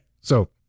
so-